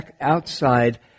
outside